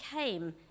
came